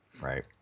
Right